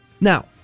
Now